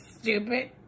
Stupid